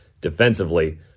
defensively